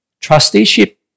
Trusteeship